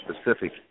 specific